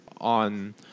on